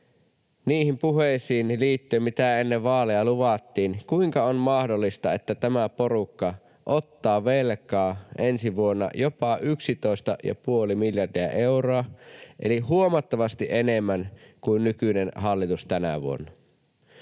niihin puheisiin liittyen, mitä ennen vaaleja luvattiin — ottaa velkaa ensi vuonna jopa 11,5 miljardia euroa eli huomattavasti enemmän kuin nykyinen hallitus tänä vuonna